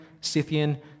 Scythian